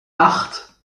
acht